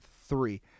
three